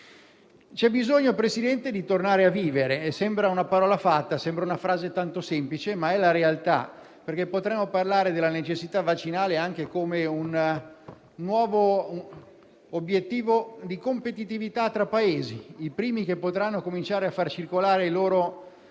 C'è bisogno, Presidente, di tornare a vivere; sembra una frase fatta e tanto semplice, ma è la realtà. Potremmo parlare infatti della necessità vaccinale anche come un nuovo obiettivo di competitività tra Paesi; i primi che potranno cominciare a far circolare i loro